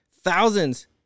thousands